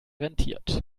rentiert